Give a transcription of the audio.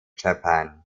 japan